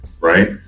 Right